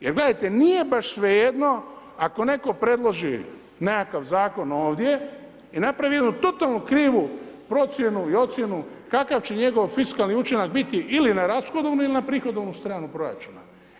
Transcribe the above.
Jer gledajte, nije baš svejedno ako netko predloži nekakav Zakon ovdje i napravi jednu totalnu krivu procjenu i ocjenu kakav će njegova fiskalni učinak biti ili na rashodovnu ili na prihodovnu stranu proračuna.